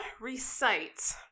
recite